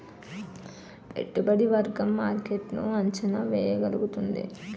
పెట్టుబడి వర్గం మార్కెట్ ను అంచనా వేయగలుగుతుంది